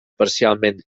parcialment